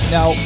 Now